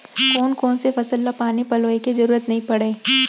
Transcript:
कोन कोन से फसल ला पानी पलोय के जरूरत नई परय?